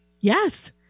Yes